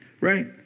right